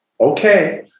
okay